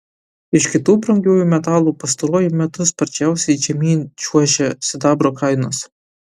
iš kitų brangiųjų metalų pastaruoju metu sparčiausiai žemyn čiuožia sidabro kainos